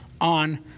on